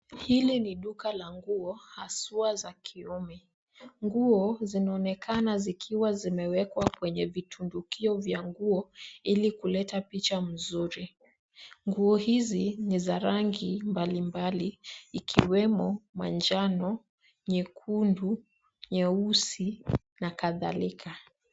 Hili ni duka la nguo hasa za kiume. Nguo zinaonekana zikiwa zimewekwa kwenye vitundukio vya nguo ili kuleta picha mzuri. Nguo hizi ni za rangi mbalimbali ikiwemo; manjano, nyekundu, nyeusi na kadhalika.